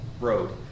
road